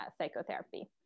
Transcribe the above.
psychotherapy